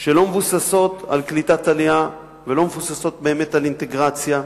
שלא מבוססות על קליטת עלייה ולא מבוססות באמת על אינטרגציה.